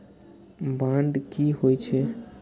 Bond की होई छै?